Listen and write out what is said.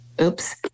Oops